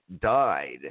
died